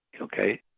Okay